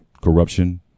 Corruption